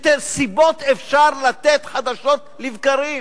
שסיבות אפשר לתת חדשות לבקרים.